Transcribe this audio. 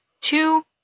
two